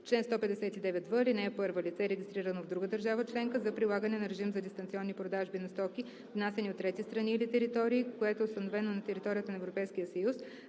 Чл. 159в. (1) Лице, регистрирано в друга държава членка за прилагане на режим за дистанционни продажби на стоки, внасяни от трети страни или територии, което е установено на територията на Европейския съюз,